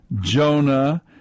Jonah